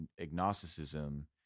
agnosticism